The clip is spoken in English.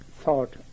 thought